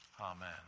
Amen